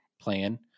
plan